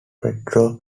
pedro